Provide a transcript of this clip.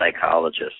psychologist